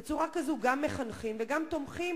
בצורה כזו גם מחנכים וגם תומכים,